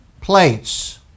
plates